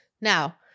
Now